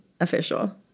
official